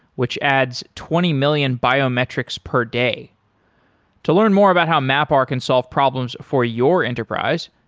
which adds twenty million biometrics per day to learn more about how mapr can solve problems for your enterprise,